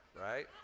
right